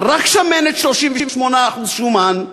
אבל רק שמנת 38% שומן.